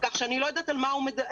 כך שאני לא יודעת מה הכוונה.